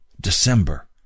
December